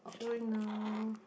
showing now